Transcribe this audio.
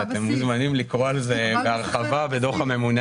אתם מוזמנים לקרוא על זה בהרחבה בדוח הממונה